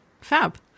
fab